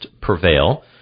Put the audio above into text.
Prevail